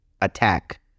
attack